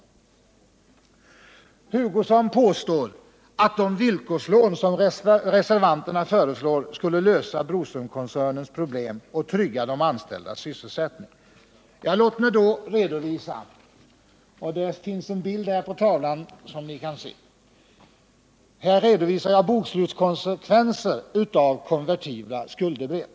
Kurt Hugosson påstår att det villkorslån som reservanterna föreslår skulle lösa Broströmskoncernens problem och trygga de anställdas sysselsättning. Låt mig göra en redovisning med utgångspunkt i den bild som visas på TV skärmen. Här redovisar jag bokslutskonsekvenser av konvertibla skuldebrev.